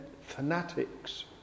fanatics